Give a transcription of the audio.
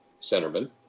centerman